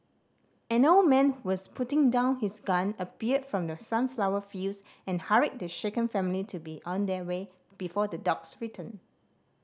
an old man who was putting down his gun appeared from the sunflower fields and hurried the shaken family to be on their way before the dogs return